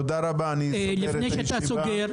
תודה רבה, אני סוגר את הישיבה.